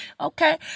Okay